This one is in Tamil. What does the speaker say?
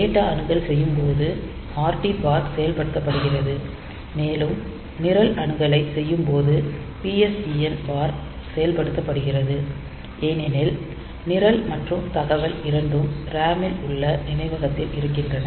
டேட்டா அணுகல் செய்யும் போது RD பார் செயல்படுத்தப்படுகிறது மேலும் நிரல் அணுகலைச் செய்யும்போது PSEN பார் செயல்படுத்தப்படுகிறது ஏனெனில் நிரல் மற்றும் தகவல் இரண்டும் RAM ல் உள்ள நினைவகத்தில் இருக்கின்றன